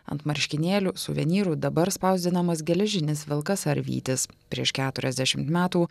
ant marškinėlių suvenyrų dabar spausdinamas geležinis vilkas ar vytis prieš keturiasdešimt metų